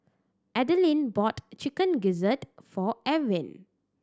Adline bought Chicken Gizzard for Ewin